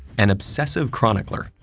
an obsessive chronicler,